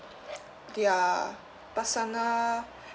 their personal